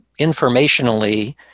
informationally